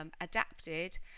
adapted